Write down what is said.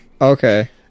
Okay